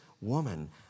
woman